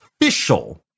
official